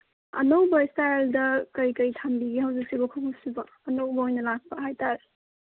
ꯑꯅꯧꯕ ꯏꯁꯇꯥꯏꯜꯗ ꯀꯩꯀꯩ ꯊꯝꯕꯤꯒꯦ ꯍꯧꯖꯤꯛꯁꯤꯕꯨ ꯈꯣꯡꯎꯞꯁꯤꯕꯣ ꯑꯅꯧꯕ ꯑꯣꯏꯅ ꯂꯥꯛꯄ ꯍꯥꯏꯇꯥꯔꯦ